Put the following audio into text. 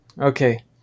Okay